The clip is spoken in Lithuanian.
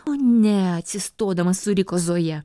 o ne atsistodama suriko zoja